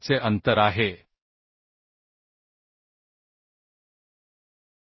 7 गुणिले dh किंवा 1